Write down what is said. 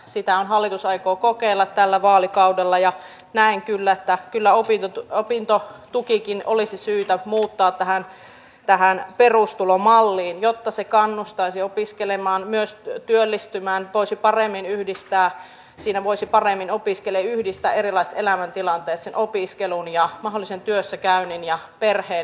sitähän hallitus aikoo kokeilla tällä vaalikaudella ja näen että kyllä opintotukikin olisi syytä muuttaa tähän perustulomalliin jotta se kannustaisi opiskelemaan myös työllistymään siinä voisi paremmin opiskelija yhdistää erilaiset elämäntilanteet sen opiskelun ja mahdollisen työssäkäynnin ja perheen